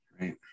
Right